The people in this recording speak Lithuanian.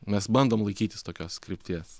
mes bandom laikytis tokios krypties